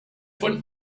von